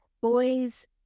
boys